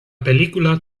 película